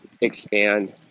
expand